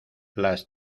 las